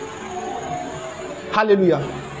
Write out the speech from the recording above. Hallelujah